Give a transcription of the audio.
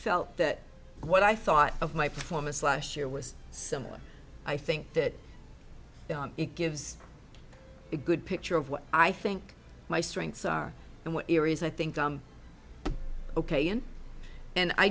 felt that what i thought of my performance last year was similar i think that it gives a good picture of what i think my strengths are and what areas i think i'm ok in and i